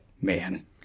man